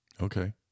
Okay